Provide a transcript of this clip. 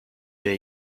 wir